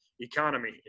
economy